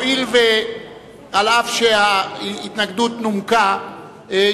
אף שההתנגדות נומקה,